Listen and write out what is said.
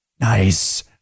Nice